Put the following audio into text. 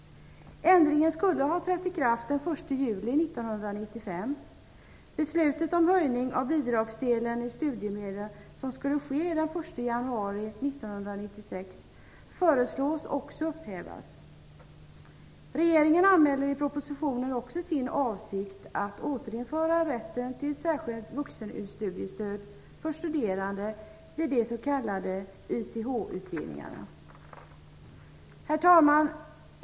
Ändringarna skulle ha trätt i kraft den 1 1996 föreslås bli upphävt. Regeringen anmäler i propositionen dessutom sin avsikt att återinföra rätten till särskilt vuxenstudiestöd för studerande vid de s.k. Herr talman!